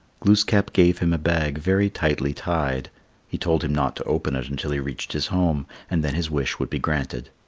glooskap gave him a bag very tightly tied he told him not to open it until he reached his home, and then his wish would be granted.